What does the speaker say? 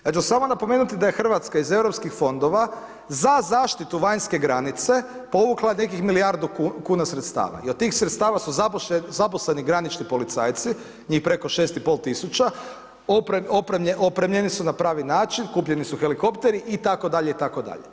Ja ću samo napomenuti da je Hrvatska iz Europskih fondova za zaštitu vanjske granice povukla nekih milijardu kuna sredstava i od tih sredstava su zaposleni granični policajci, njih preko 6.500, opremljeni su na pravi način, kupljeni su helikopteri itd., itd.